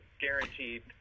guaranteed